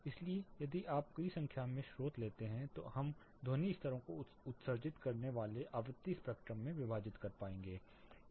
इसलिए यदि आप कई संख्या में स्रोत लेते हैं तो हम ध्वनि स्तरों को उत्सर्जित करने वाले आवृत्ति स्पेक्ट्रम मे विभाजित कर पाएंगे